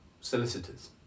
solicitors